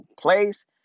place